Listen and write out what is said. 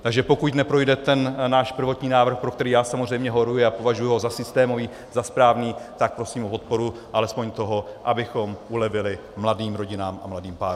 Takže pokud neprojde náš prvotní návrh, pro který samozřejmě horuji a považuji ho za systémový, za správný, prosím o podporu alespoň toho, abychom ulevili mladým rodinám a mladým párům.